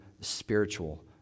spiritual